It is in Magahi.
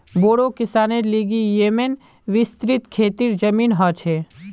बोड़ो किसानेर लिगि येमं विस्तृत खेतीर जमीन ह छे